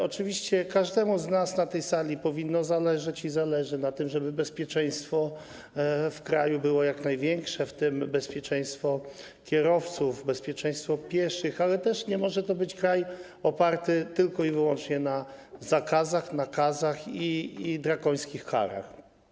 Oczywiście każdemu z nas na tej sali powinno zależeć i zależy na tym, żeby bezpieczeństwo w kraju było jak największe, w tym bezpieczeństwo kierowców, bezpieczeństwo pieszych, ale też nie może to być kraj oparty tylko i wyłącznie na zakazach, nakazach i drakońskich karach.